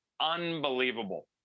unbelievable